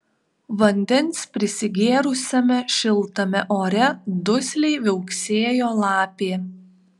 vandens prisigėrusiame šiltame ore dusliai viauksėjo lapė